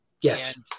Yes